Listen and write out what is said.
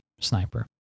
sniper